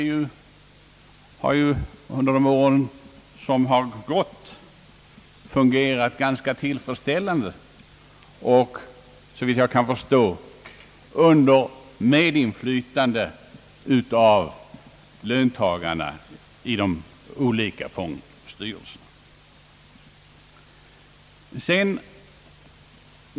Den har ju under de år som gått fungerat tillfredsställande och, såvitt jag kan förstå, under medinflytande av löntagarna i de olika fondstyrelserna.